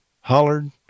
hollered